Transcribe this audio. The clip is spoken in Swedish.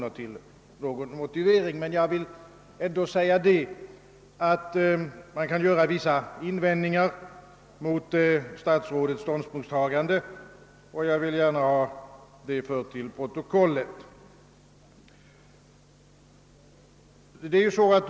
Men jag vill ändå gärna ha fört till protokollet, att man kan resa vissa invändningar mot statsrådets ståndpunktstagande.